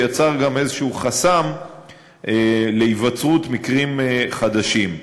ויצר גם איזשהו חסם להיווצרות מקרים חדשים.